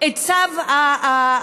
את צו הראייה,